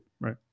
Right